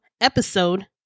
episode